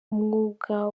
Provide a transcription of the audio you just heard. umwuga